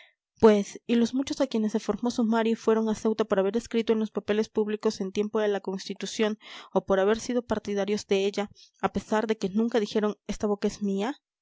pues y los muchos a quienes se formó sumaria y fueron a ceuta por haber escrito en los papeles públicos en tiempo de la constitución o por haber sido partidarios de ella a pesar de que nunca dijeron esta boca es mía